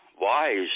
wise